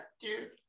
dude